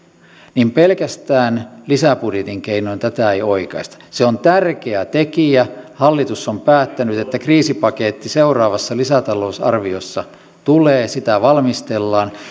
niin pelkästään lisäbudjetin keinoin tätä ei oikaista se on tärkeä tekijä hallitus on päättänyt että kriisipaketti seuraavassa lisätalousarviossa tulee sitä valmistellaan